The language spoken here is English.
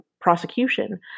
prosecution